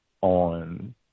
on